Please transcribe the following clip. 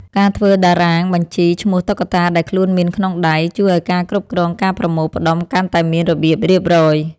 ការធ្វើតារាងបញ្ជីឈ្មោះតុក្កតាដែលខ្លួនមានក្នុងដៃ ជួយឱ្យការគ្រប់គ្រងការប្រមូលផ្ដុំកាន់តែមានរបៀបរៀបរយ។